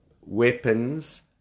weapons